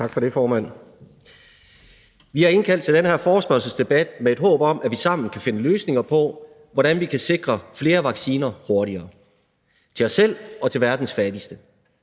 Tak for det, formand. Vi har indkaldt til den her forespørgselsdebat med et håb om, at vi sammen kan finde løsninger på, hvordan vi kan sikre flere vacciner hurtigere – til os selv og til verdens fattigste.